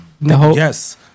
Yes